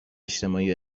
اجتماعی